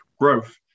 growth